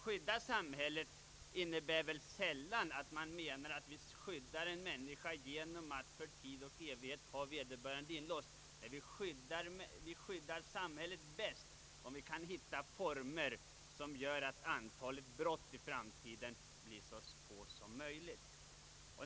Med samhällsskydd menar man väl sällan att vi skyddar en människa genom att för tid och evighet ha vederbörande inlåst. Vi skyddar samhället bäst om vi kan hitta former som gör att antalet brott i framtiden blir så litet som möjligt.